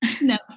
No